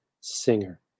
singer